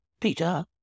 Peter